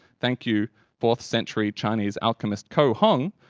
thank you fourth century chinese alchemist ko hong?